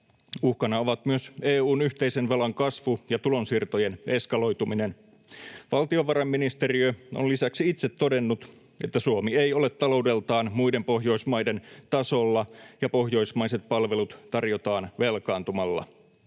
Uhkana ovat myös EU:n yhteisen velan kasvu ja tulonsiirtojen eskaloituminen. Valtiovarainministeriö on lisäksi itse todennut, että Suomi ei ole taloudeltaan muiden Pohjoismaiden tasolla ja pohjoismaiset palvelut tarjotaan velkaantumalla.